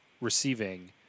receiving